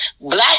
black